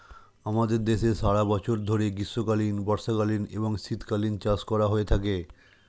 আমাদের দেশে সারা বছর ধরে গ্রীষ্মকালীন, বর্ষাকালীন এবং শীতকালীন চাষ করা হয়ে থাকে